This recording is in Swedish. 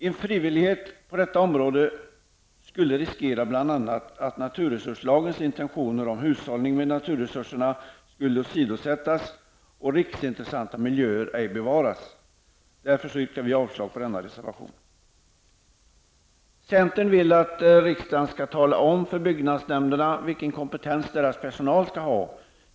En frivillighet på detta område skulle innebära risk för att bl.a. naturresurslagens intentioner om hushållning med naturresurserna skulle åsidosättas och att riksintressanta miljöer ej skulle bevaras. Därför yrkar vi avslag på denna reservation. Centern vill att riksdagen skall tala om för byggnadsnämnderna vilken kompetens deras personal skall ha.